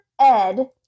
Ed